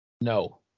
No